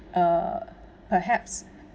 uh perhaps